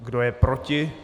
Kdo je proti?